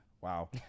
Wow